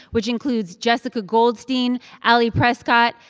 which includes jessica goldstein, allie prescott,